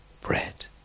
bread